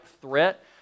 threat